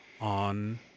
on